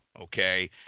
okay